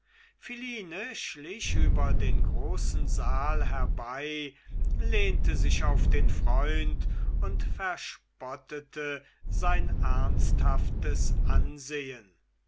philine schlich über den großen saal herbei lehnte sich auf den freund und verspottete sein ernsthaftes ansehen